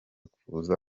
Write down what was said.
kuza